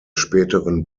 späteren